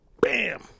Bam